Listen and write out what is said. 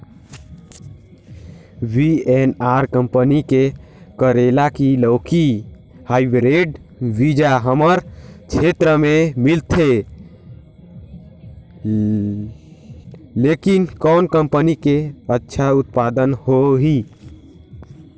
VNR company के करेला की लौकी हाईब्रिड बीजा हमर क्षेत्र मे मिलथे, लेकिन कौन कंपनी के अच्छा उत्पादन होही?